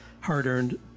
hard-earned